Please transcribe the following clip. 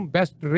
Best